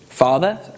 Father